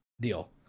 deal